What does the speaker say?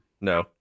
No